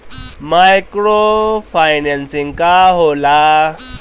Micro financing का होला?